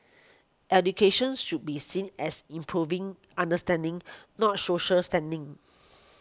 education should be seen as improving understanding not social standing